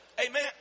amen